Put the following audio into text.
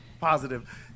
positive